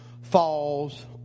falls